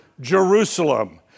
Jerusalem